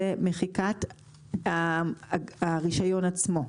זה מחיקת הרישיון עצמו.